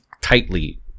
tightly